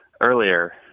earlier